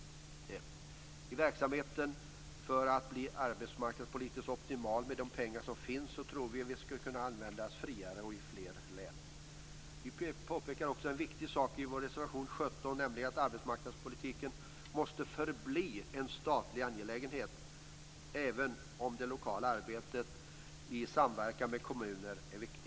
För att verksamheten skall bli arbetsmarknadspolitisk optimal med de pengar som finns tror vi att de skall kunna användas friare och i fler län. Vi påpekar också en viktig sak i vår reservation 17. Arbetsmarknadspolitiken måste förbli en statlig angelägenhet även om det lokala arbetet i samverkan med kommuner är viktigt.